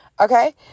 Okay